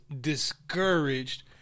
discouraged